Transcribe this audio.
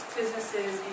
businesses